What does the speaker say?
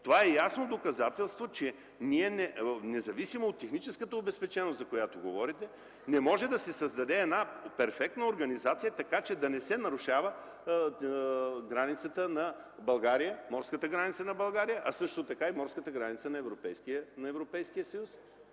Това е ясно доказателство, че ние независимо от техническата обезпеченост, за която говорите, не можем да създадем една перфектна организация, така че да не се нарушава морската граница на България, която е също така и морска граница на Европейския съюз.